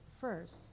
first